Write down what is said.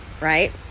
right